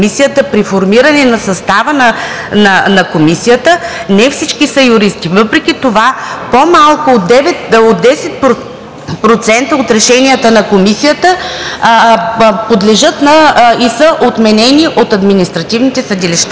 при формиране на състава на Комисията – не всички са юристи. Въпреки това по-малко от 10% от решенията на Комисията подлежат и са отменени от административните съдилища.